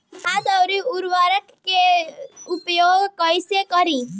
खाद व उर्वरक के उपयोग कइसे करी?